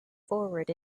forward